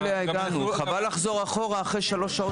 שאליה הגענו, חבל לחזור אחורה אחרי שלוש שעות.